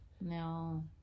No